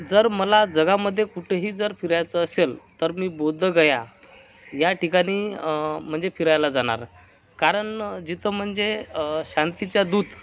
जर मला जगामध्ये कुठेही जर फिरायचं असेल तर मी बौद्धगया या ठिकाणी म्हणजे फिरायला जाणार कारण जिथं म्हणजे शांतीच्या दूत